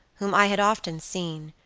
whom i had often seen,